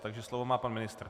Takže slovo má pan ministr.